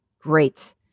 Great